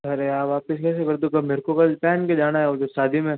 अरे यार वापस कैसे कर दूँ अब मेरे को कल पहन के जाना है उधर शादी में